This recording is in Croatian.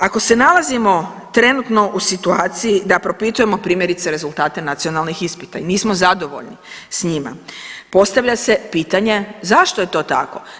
Ako se nalazimo trenutno u situaciji da propitujemo primjerice rezultate nacionalnih ispita i nismo zadovoljni s njima, postavlja se pitanje zašto je to tako?